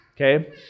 okay